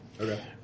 Okay